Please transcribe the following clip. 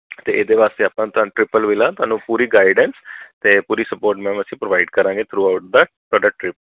ਅਤੇ ਇਹਦੇ ਵਾਸਤੇ ਆਪਾਂ ਤੁਹਾਨੂੰ ਟ੍ਰਿਪਲ ਵਿਲਾ ਤੁਹਾਨੂੰ ਪੂਰੀ ਗਾਈਡੈਂਸ ਅਤੇ ਪੂਰੀ ਸਪੋਟ ਮੈਮ ਅਸੀਂ ਪ੍ਰੋਵਾਈਡ ਕਰਾਂਗੇ ਥਰੂ ਆਊਟ ਦਾ ਤੁਹਾਡਾ ਟ੍ਰਿਪ